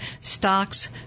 stocks